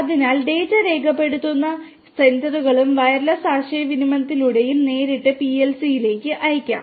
അതിനാൽ ഡാറ്റ രേഖപ്പെടുത്തുന്ന സെൻസറുകളും വയർലെസ് ആശയവിനിമയത്തിലൂടെയും നേരിട്ട് പിഎൽസിയിലേക്ക് അയയ്ക്കാം